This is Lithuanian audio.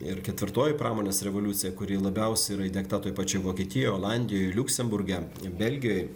ir ketvirtoji pramonės revoliucija kuri labiausiai yra įdiegta toj pačioj vokietijoj olandijoj liuksemburge belgijoj